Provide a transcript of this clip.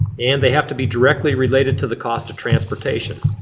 and they have to be directly related to the cost of transportation.